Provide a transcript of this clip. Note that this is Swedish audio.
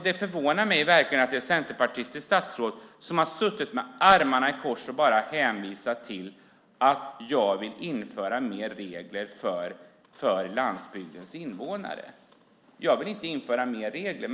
Det förvånar mig verkligen att det är ett centerpartistiskt statsråd som har suttit med armarna i kors och bara hänvisat till att jag vill införa fler regler för landsbygdens invånare. Jag vill inte införa fler regler.